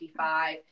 55